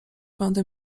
będę